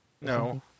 No